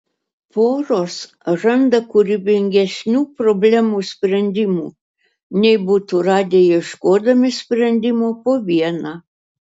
poros randa kūrybingesnių problemų sprendimų nei būtų radę ieškodami sprendimo po vieną